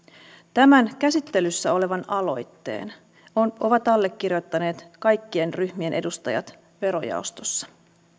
tämän käsittelyssä olevan aloitteen ovat allekirjoittaneet kaikkien ryhmien edustajat verojaostossa